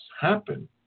happen